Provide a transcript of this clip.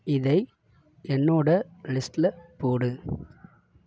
இதை என்னோட லிஸ்ட்டில் போடு